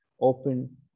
open